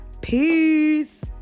peace